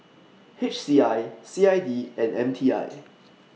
H C I C I D and M T I